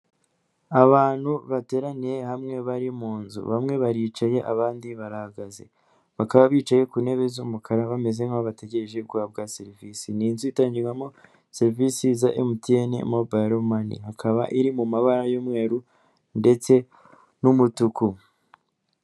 Abantu bateraniye hamwe bari mu nzu, bamwe baricaye abandi barahagaze, bakaba bicaye ku ntebe z'umukara bameze nkaho bategereje guhabwa serivisi, ni inzu itangirwamo serivisi za "MTN mobile money", hakaba iri mu mabara y'umweru ndetse n'umutuku.